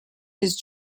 his